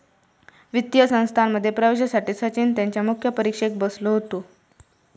वित्तीय संस्थांमध्ये प्रवेशासाठी सचिन त्यांच्या मुख्य परीक्षेक बसलो होतो